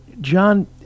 john